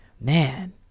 Man